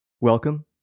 Welcome